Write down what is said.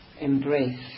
embrace